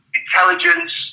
intelligence